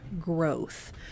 growth